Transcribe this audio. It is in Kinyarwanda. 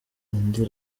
indi